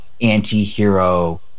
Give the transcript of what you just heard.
anti-hero